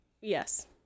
Yes